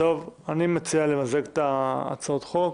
אני מציע למזג את הצעות החוק.